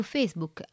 Facebook